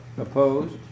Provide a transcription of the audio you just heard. Opposed